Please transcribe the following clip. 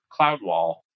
CloudWall